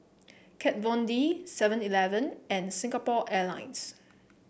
Kat Von D Seven Eleven and Singapore Airlines